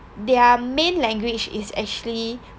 their main language is actually